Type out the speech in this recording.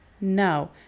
no